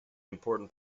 important